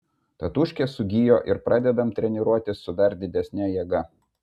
tatūškė sugijo ir pradedam treniruotis su dar didesne jėga